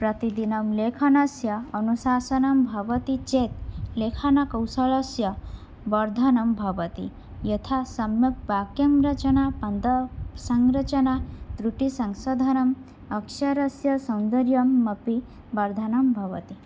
प्रतिदिनं लेखनस्य अनुशासनं भवति चेत् लेखनकौशल्यस्य वर्धनं भवति यथा सम्यक् वाक्यं रचनापदं संरचना त्रुटिसंशोधनम् अक्षरस्य सौन्दर्यमपि वर्धनं भवति